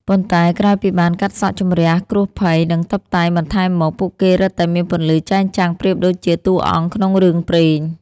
ប៉ុន្តែក្រោយពីបានកាត់សក់ជម្រះគ្រោះភ័យ និងតុបតែងបន្ថែមមក ពួកគេរឹតតែមានពន្លឺចែងចាំងប្រៀបដូចជាតួអង្គក្នុងរឿងព្រេង។